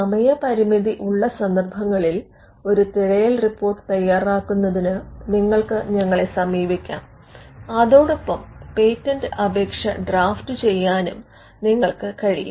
സമയ പരിമിതി ഉള്ള സന്ദർഭങ്ങളിൽ ഒരു തിരയൽ റിപ്പോർട്ട് തയ്യാറാക്കുന്നതിന് നിങ്ങൾക്ക് ഞങ്ങളെ സമീപിക്കാം അതോടൊപ്പം പേറ്റന്റ് അപേക്ഷ ഡ്രാഫ്റ്റുചെയ്യാനും നിങ്ങൾക്ക് കഴിയും